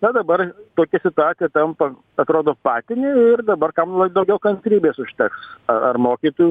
na dabar tokia situacija tampa atrodo patinė ir dabar kam daugiau kantrybės užteks ar ar mokytojų